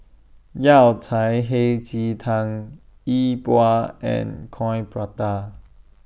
Yao Cai Hei Ji Tang Yi Bua and Coin Prata